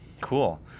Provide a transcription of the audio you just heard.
Cool